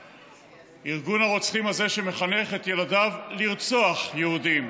ארגון הרוצחים הזה, שמחנך את ילדיו לרצוח יהודים,